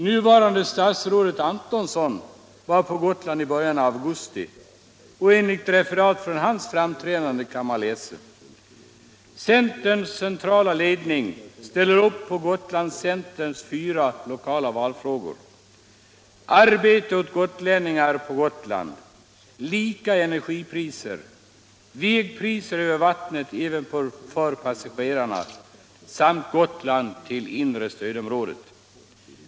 Nuvarande statsrådet Antonsson var på Gotland i början av augusti, och i referat från hans framträdande kan man läsa: — Centerns centrala ledning ställer upp på Gotlandscenterns fyra lokala valfrågor: Arbete åt gotlänningar på Gotland. Lika energipriser. Vägpriser över vattnet även för passagerarna. Samt Gotland till inre stödområdet.